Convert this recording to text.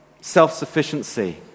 self-sufficiency